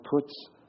puts